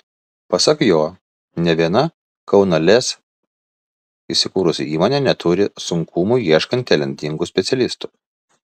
pasak jo nė viena kauno lez įsikūrusi įmonė neturi sunkumų ieškant talentingų specialistų